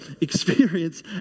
experience